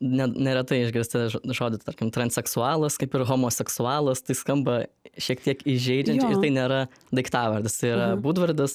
ne neretai išgirsti žodį tarkim transseksualas kaip ir homoseksualas tai skamba šiek tiek įžeidžiančiai ir tai nėra daiktavardis tai yra būdvardis